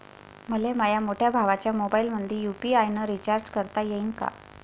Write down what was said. मले माह्या मोठ्या भावाच्या मोबाईलमंदी यू.पी.आय न रिचार्ज करता येईन का?